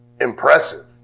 impressive